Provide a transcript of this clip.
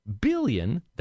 billion